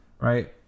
right